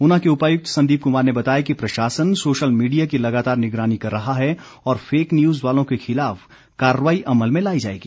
ऊना के उपायुक्त संदीप कुमार ने बताया कि प्रशासन सोशल मीडिया की लगातार निगरानी कर रहा है और फेक न्यूज वालों के खिलाफ कार्रवाई अमल में लाई जाएगी